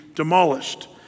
demolished